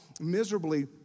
miserably